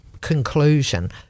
conclusion